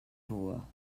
below